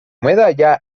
medalla